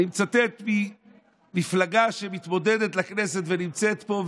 אני מצטט ממפלגה שמתמודדת לכנסת ונמצאת פה,